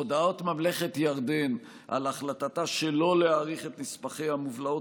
הודעת ממלכת ירדן על החלטתה שלא להאריך את נספחי המובלעות